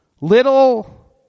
Little